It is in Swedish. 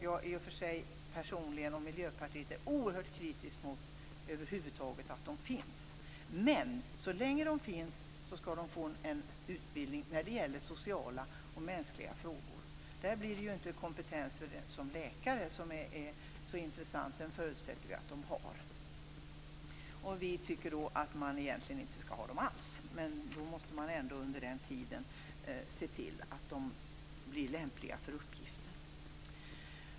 Jag och övriga i Miljöpartiet är oerhört kritiska mot att dessa över huvud taget finns, men så länge de finns skall de få en utbildning när det gäller sociala och mänskliga frågor. Där blir det inte kompetensen som läkare som är intressant - den förutsätter vi att de har. Vi tycker egentligen att de inte alls skall finnas, men under tiden måste man se till att de blir lämpliga för uppgiften.